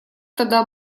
тогда